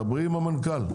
דברי עם המנכ"ל.